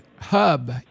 Hub